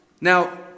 Now